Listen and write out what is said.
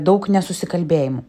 daug nesusikalbėjimų